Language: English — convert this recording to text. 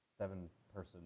Seven-person